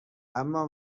اما